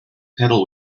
pedal